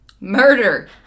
murder